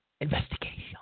investigation